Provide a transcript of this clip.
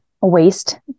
waste